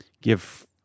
Give